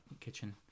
kitchen